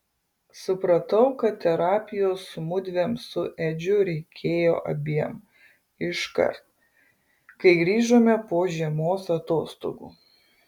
supratau kad terapijos mudviem su edžiu reikėjo abiem iškart kai grįžome po žiemos atostogų